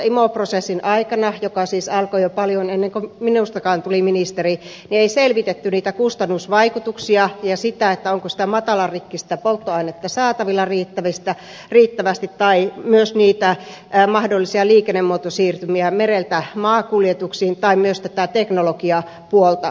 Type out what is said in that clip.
imo prosessin aikana joka siis alkoi jo paljon ennen kuin minustakaan tuli ministeri ei selvitetty niitä kustannusvaikutuksia ja sitä onko sitä matalarikkistä polttoainetta saatavilla riittävästi tai myöskään niitä mahdollisia liikennemuotosiirtymiä mereltä maakuljetuksiin tai myöskään tätä teknologiapuolta